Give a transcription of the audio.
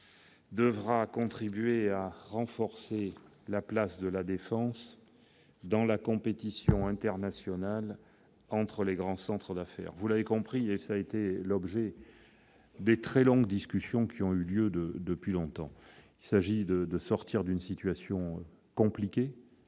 devra contribuer à renforcer la place de La Défense dans la compétition internationale entre les grands centres d'affaires. Vous l'avez compris, et cela a été l'objet de très longues discussions qui ont eu lieu depuis longtemps, il s'agit de sortir d'une situation compliquée,